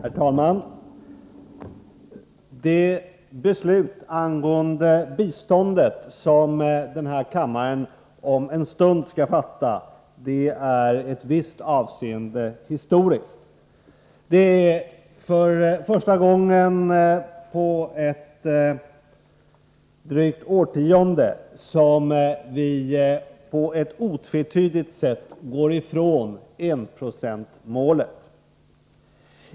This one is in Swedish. Herr talman! Det beslut angående biståndet som denna kammare om en stund skall fatta är i ett visst avseende historiskt. Det är första gången på ett årtionde som vi på ett otvetydigt sätt går ifrån enprocentsmålet.